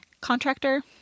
Contractor